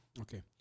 Okay